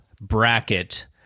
bracket